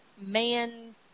man